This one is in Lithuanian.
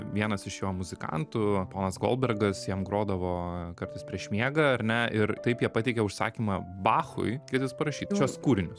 vienas iš jo muzikantų ponas goldbergas jam grodavo kartais prieš miegą ar ne ir taip jie pateikė užsakymą bachui kad jis parašyt šiuos kūrinius